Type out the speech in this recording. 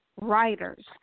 writers